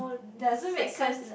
doesn't make sense